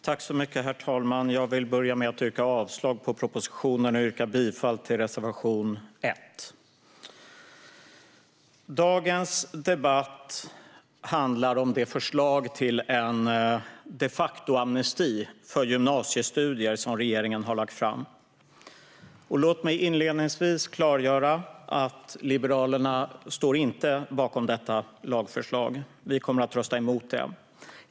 Herr talman! Jag vill börja med att yrka avslag på propositionen och bifall till reservation 1. Dagens debatt handlar om det förslag till en de facto-amnesti för gymnasiestudier som regeringen har lagt fram. Låt mig inledningsvis klargöra att Liberalerna inte står bakom detta lagförslag. Vi kommer att rösta emot det.